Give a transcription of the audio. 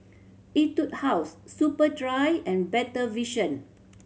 Etude House Superdry and Better Vision